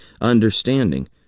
understanding